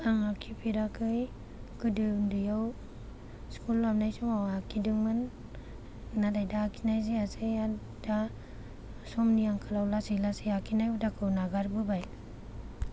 आङो खेबफेराखौ गोदो उन्दैयाव स्कुल हाबनाय समाव आखिदोंमोन नाथाय दा आखिनाय जायासै आरो दा समनि आंखालाव लासै लासै आखिनाय हुदाखौ नागारबोबाय